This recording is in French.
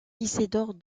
isidore